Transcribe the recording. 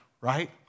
right